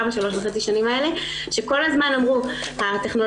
בשלוש וחצי השנים האלה שכל הזמן אמרו שהטכנולוגיה